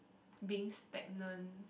being stagnant